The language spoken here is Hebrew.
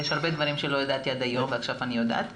יש הרבה דברים שלא ידעתי עד היום ועכשיו אני יודעת --- סליחה,